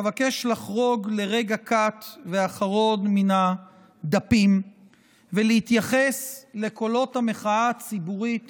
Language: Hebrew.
אבקש לחרוג לרגע קט מהדפים ולהתייחס לקולות המחאה הציבורית